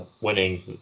winning